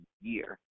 year